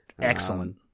Excellent